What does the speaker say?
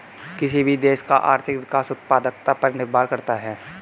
किसी भी देश का आर्थिक विकास उत्पादकता पर निर्भर करता हैं